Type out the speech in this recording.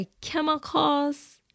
chemicals